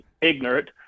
ignorant